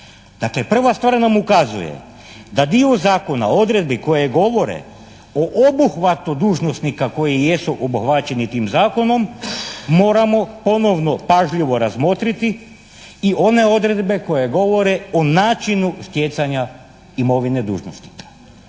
Dakle, prva stvar nam ukazuje da dio zakona odredbi koje govore o obuhvatu dužnosnika koji jesu obuhvaćeni tim zakonom moramo ponovno pažljivo razmotriti i one odredbe koje govore o načinu stjecanja imovine dužnosnika.